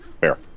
Fair